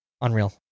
Unreal